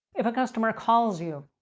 if a customer calls you,